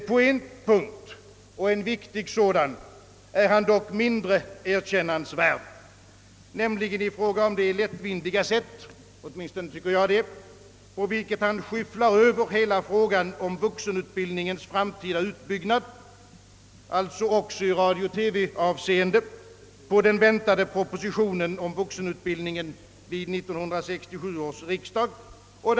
På en punkt, och en viktig sådan, är kommunikationsministern dock mindre erkännansvärd, nämligen i fråga om det lättvindiga sätt — åtminstone tycker jag det — på vilket han skyfflar över hela frågan om vuxenutbildningens framtida utbyggnad, alltså också i radio-TV-avseende, på den väntade propositionen till 1967 års riksdag om vuxenutbildningen.